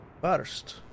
first